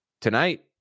tonight